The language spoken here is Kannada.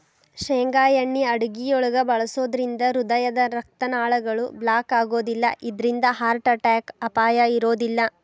ಶೇಂಗಾ ಎಣ್ಣೆ ಅಡುಗಿಯೊಳಗ ಬಳಸೋದ್ರಿಂದ ಹೃದಯದ ರಕ್ತನಾಳಗಳು ಬ್ಲಾಕ್ ಆಗೋದಿಲ್ಲ ಇದ್ರಿಂದ ಹಾರ್ಟ್ ಅಟ್ಯಾಕ್ ಅಪಾಯ ಇರೋದಿಲ್ಲ